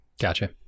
gotcha